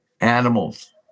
animals